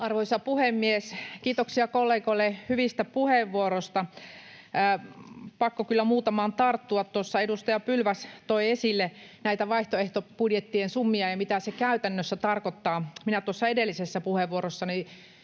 Arvoisa puhemies! Kiitoksia kollegoille hyvistä puheenvuoroista, pakko kyllä muutamaan tarttua. Tuossa edustaja Pylväs toi esille näitä vaihtoehtobudjettien summia ja mitä ne käytännössä tarkoittavat. Minä tuossa edellisessä puheenvuorossani